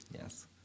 Yes